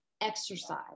exercise